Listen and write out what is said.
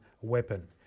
weapon